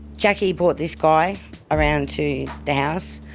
jackie brought this guy around to the house.